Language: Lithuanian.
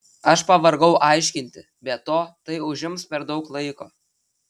aš pavargau aiškinti be to tai užims per daug laiko